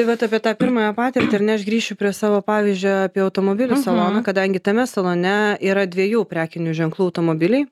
tai vat apie tą pirmąją patirtį ar ne aš grįšiu prie savo pavyzdžio apie automobilių saloną kadangi tame salone yra dviejų prekinių ženklų automobiliai